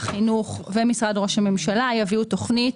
החינוך ומשרד ראש הממשלה יביאו תוכנית